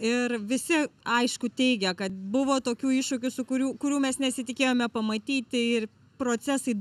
ir visi aišku teigia kad buvo tokių iššūkių su kurių kurių mes nesitikėjome pamatyti ir procesai